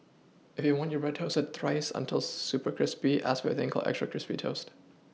if you want your bread toasted thrice until super crispy ask for a thing called extra crispy toast